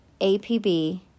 APB